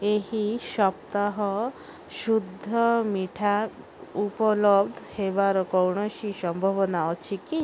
ଏହି ସପ୍ତାହ ସୁଦ୍ଧା ମିଠା ଉପଲବ୍ଧ ହେବାର କୌଣସି ସମ୍ଭାବନା ଅଛି କି